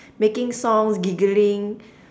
making songs giggling